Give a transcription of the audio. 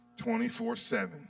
24-7